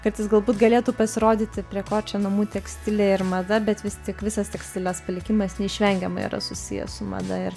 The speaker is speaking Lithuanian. kartais galbūt galėtų pasirodyti prie ko čia namų tekstilė ir mada bet vistik visas tekstilės palikimas neišvengiamai yra susijęs su mada ir